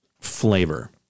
flavor